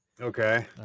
okay